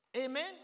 Amen